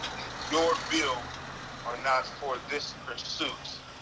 your build are not for this pursuit.